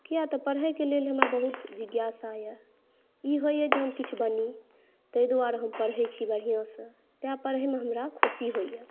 किया तऽ पढैके लेल हमरा बहुत जिज्ञासा यऽ ई होइ यऽ जे हम किछु बनी ताहि दुआरे हम पढै छी बढ़िआसँ तैं पढै मे हमरा खुशी होइए